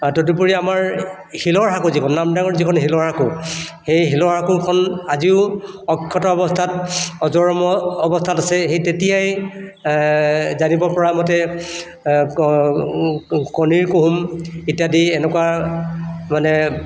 আৰু তদুপৰি আমাৰ শিলৰ সাঁকো যিখন নামদাঙৰ যিখন শিলৰ সাঁকো সেই শিলৰ সাঁকোখন আজিও অক্ষত অৱস্থাত অজৰ অমৰ অৱস্থাত আছে সেই তেতিয়াই জানিব পৰা মতে কণীৰ কুহুম ইত্যাদি এনেকুৱা মানে